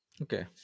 Okay